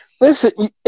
Listen